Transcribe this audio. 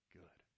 good